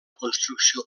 construcció